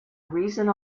reason